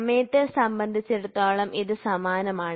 സമയത്തെ സംബന്ധിച്ചിടത്തോളം ഇത് സമാനമാണ്